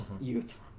Youth